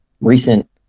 recent